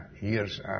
years